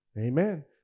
Amen